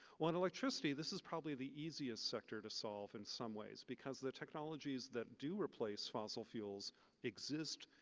on electricity, this is probably the easiest sector to solve in some ways because the technologies that do replace fossil fuels exist,